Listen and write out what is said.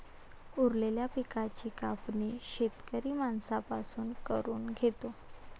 उरलेल्या पिकाची कापणी शेतकरी माणसां पासून करून घेतो